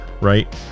right